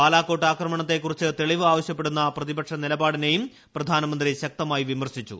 ബാലാകോട്ട് ആക്രമണത്തെക്കുറിച്ചുള്ള തെളിവ് ആവശ്യപ്പെടുന്ന പ്രതിപക്ഷ നിലപാടിനെയും പ്രധാനമന്ത്രി ശക്തമായി വിമർശിച്ചു